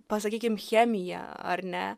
pasakykim chemija ar ne